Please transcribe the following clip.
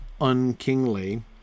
unkingly